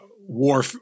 war